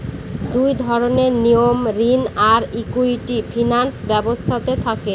দুই ধরনের নিয়ম ঋণ আর ইকুইটি ফিনান্স ব্যবস্থাতে থাকে